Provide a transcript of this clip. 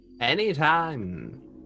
Anytime